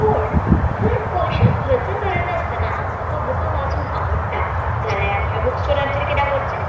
पूण जर पयशे खर्च करनासतना म्हाका बुकां वाचूंक आवडटा जाल्यार ह्या बुक स्टोरांचेर कित्याक वचचें